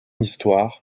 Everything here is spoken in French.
histoire